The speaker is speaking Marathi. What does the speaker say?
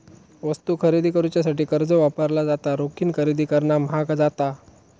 वस्तू खरेदी करुच्यासाठी कर्ज वापरला जाता, रोखीन खरेदी करणा म्हाग जाता